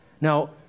Now